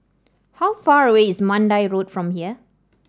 how far away is Mandai Road from here